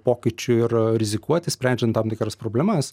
pokyčių ir rizikuoti sprendžiant tam tikras problemas